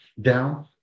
down